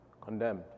condemned